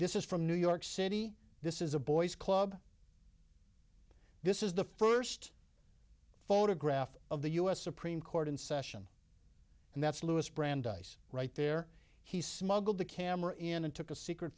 this is from new york city this is a boy's club this is the first photograph of the u s supreme court in session and that's louis brandeis right there he smuggled the camera in and took a secret